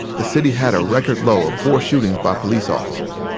the city had a record low of four shootings by police officers.